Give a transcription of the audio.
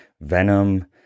Venom